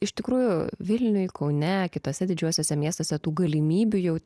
iš tikrųjų vilniuj kaune kituose didžiuosiuose miestuose tų galimybių jau